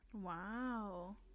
wow